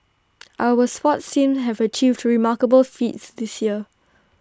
our sports teams have achieved remarkable feats this year